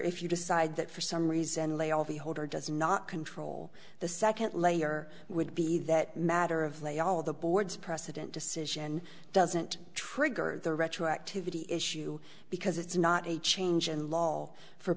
if you decide that for some reason lay off the holder does not control the second layer would be that matter of lay all the board's precedent decision doesn't trigger the retroactivity issue because it's not a change in law for